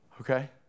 Okay